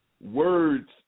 words